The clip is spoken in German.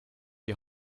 die